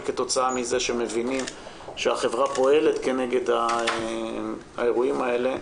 כתוצאה מזה שמבינים שהחברה פועלת כנגד האירועים האלה.